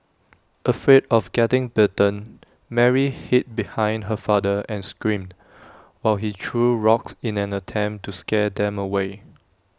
afraid of getting bitten Mary hid behind her father and screamed while he threw rocks in an attempt to scare them away